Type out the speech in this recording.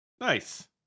nice